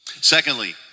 Secondly